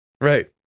Right